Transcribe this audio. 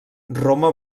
roma